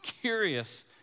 Curious